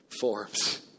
forms